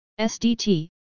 SDT